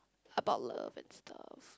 about love and stuff